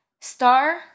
Star